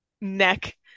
neck